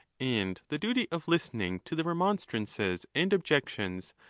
and the duty of listening to the remon strances and objections,